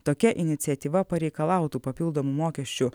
tokia iniciatyva pareikalautų papildomų mokesčių